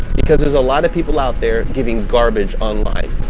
because there's a lot of people out there giving garbage on life,